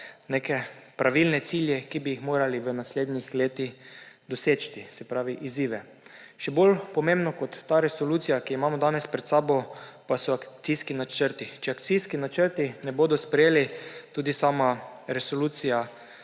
neke pravilne cilje, ki bi jih morali v naslednjih letih doseči, se pravi, izzive. Še bolj pomembno kot ta resolucija, ki jo imamo danes pred sabo, pa so akcijski načrti. Če akcijski načrti ne bodo sprejeti, tudi sama resolucija